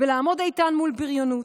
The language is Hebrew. ולעמוד איתן מול בריונות,